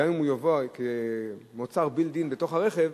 גם אם הוא יבוא כמוצר built in בתוך הרכב,